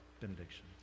benediction